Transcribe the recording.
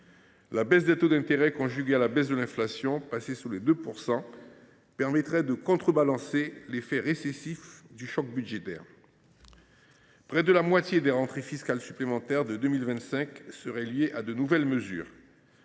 La baisse des taux d’intérêt, conjuguée à la baisse de l’inflation, passée sous les 2 %, permettrait de contrebalancer l’effet récessif du choc budgétaire. Près de la moitié des rentrées fiscales supplémentaires de 2025 seraient liées à de nouvelles mesures.